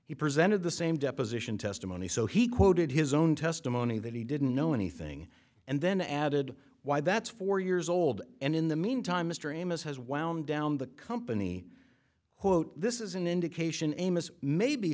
he presented the same deposition testimony so he quoted his own testimony that he didn't know anything and then added why that's four years old and in the meantime mr amos has wound down the company who wrote this is an indication amos may be